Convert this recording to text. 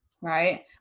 right